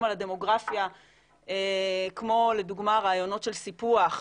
על הדמוגרפיה כמו לדוגמא רעיונות של סיפוח,